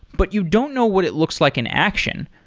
but you don't know what it looks like in action,